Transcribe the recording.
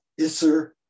Isser